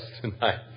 tonight